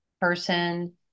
person